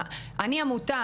אני עמותה,